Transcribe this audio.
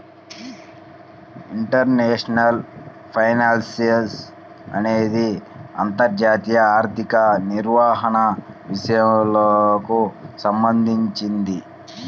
international finance అనేది అంతర్జాతీయ ఆర్థిక నిర్వహణ విషయాలకు సంబంధించింది